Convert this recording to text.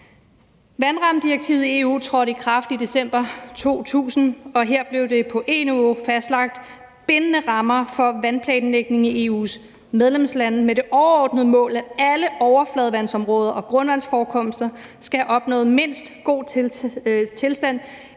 Vandrammedirektivet i EU trådte i kraft i december 2000, og her blev der på EU-niveau fastlagt bindende rammer for vandplanlægningen i EU's medlemslande med det overordnede mål, at alle overfladevandsområder og grundvandsforekomster skulle have opnået mindst god tilstand